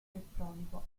elettronico